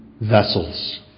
vessels